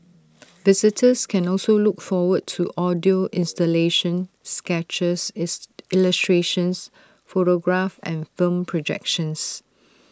visitors can also look forward to audio installations sketches is illustrations photographs and film projections